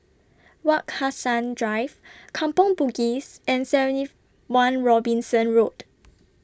Wak Hassan Drive Kampong Bugis and seventy one Robinson Road